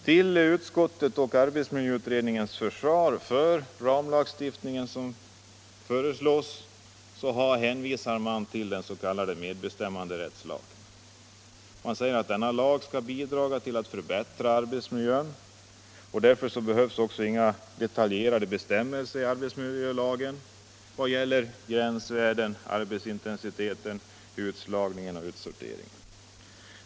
Till utskottet och arbetsmiljöutredningens försvar för den ramlagstiftning som föreslås hänvisar man till den s.k. medbestämmanderättslagen. Man säger att denna lag skall bidra till att förbättra arbetsmiljön och därför behövs inga detaljerade bestämmelser i arbetsmiljölagen vad gäller gränsvärden, arbetsintensitet, utslagning och utsortering.